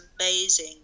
amazing